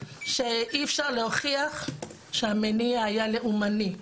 שאי אפשר להוכיח שהמניע היה לאומני,